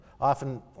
often